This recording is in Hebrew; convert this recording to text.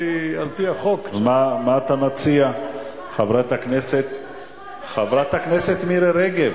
שוב פקיד מחליט על מחיר החשמל.